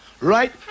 right